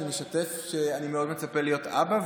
אני משתף שאני מאוד מצפה להיות אבא,